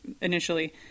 initially